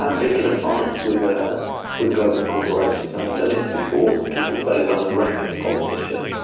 and picking a fight with ah with global corporations i've done it before, some people say that i'm a reckless politician,